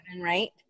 right